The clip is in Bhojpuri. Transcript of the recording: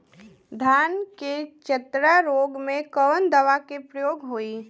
धान के चतरा रोग में कवन दवा के प्रयोग होई?